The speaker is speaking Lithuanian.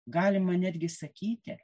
galima netgi sakyti